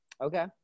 Okay